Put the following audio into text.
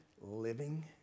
living